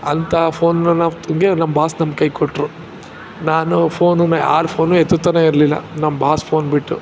ಅಂಥ ಫೋನನ್ನು ನಮಗೆ ನಮ್ಮ ಬಾಸ್ ನಮ್ಮ ಕೈಗೆ ಕೊಟ್ಟರು ನಾನು ಫೋನನ್ನ ಯಾರ ಫೋನು ಎತ್ತುತ್ತಲೇ ಇರಲಿಲ್ಲ ನಮ್ಮ ಬಾಸ್ ಫೋನ್ ಬಿಟ್ಟು